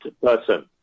person